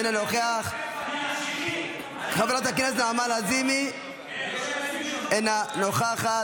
אינו נוכח, חברת הכנסת נעמה לזימי, אינה נוכחת.